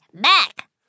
Back